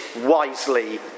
wisely